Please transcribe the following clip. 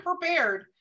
prepared